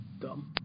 Dumb